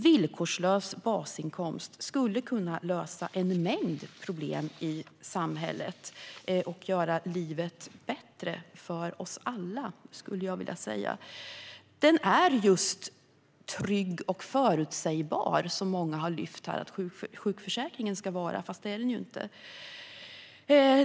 Villkorslös basinkomst skulle alltså kunna lösa en mängd problem i samhället och göra livet bättre för oss alla, skulle jag vilja säga. En sådan basinkomst är just trygg och förutsägbar, vilket många har lyft upp att sjukförsäkringen ska vara - fast det är den ju inte.